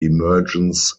emergence